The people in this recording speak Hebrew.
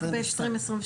רק ב-2022.